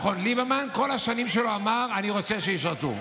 נכון, ליברמן כל השנים שלו אמר: אני רוצה שישרתו.